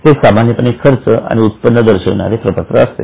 ते सामान्यपणे खर्च आणि उत्पन्न दर्शविणारे प्रपत्र असते